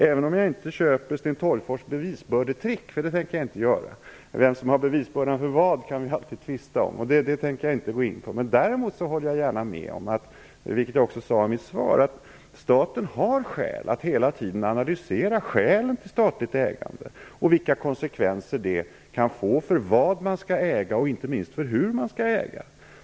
Även om jag inte köper Sten Tolgfors bevisbördetrick - vi kan alltid tvista om vem som har bevisbördan för vad - håller jag gärna med om att staten har anledning att hela tiden analysera skälen för statligt ägande och vilka konsekvenser det kan få för vad man skall äga och inte minst för hur man skall äga.